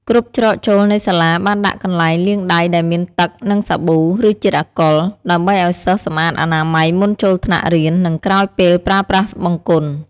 គ្រប់ច្រកចូលនៃសាលាបានដាក់កន្លែងលាងដៃដែលមានទឹក និងសាប៊ូ ឬជាតិអាល់កុល ដើម្បីឲ្យសិស្សសម្អាតអនាម័យមុនចូលថ្នាក់រៀន និងក្រោយពេលប្រើប្រាស់បង្គន់។